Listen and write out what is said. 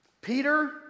Peter